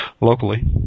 locally